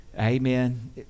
Amen